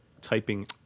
typing